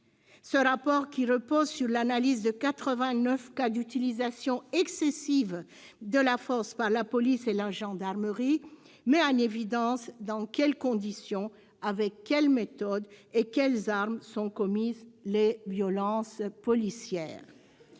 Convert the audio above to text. Ce rapport, qui repose sur l'analyse de quatre-vingt-neuf cas d'utilisation excessive de la force par la police et la gendarmerie, met en évidence dans quelles conditions, avec quelles méthodes et quelles armes sont commises les violences policières.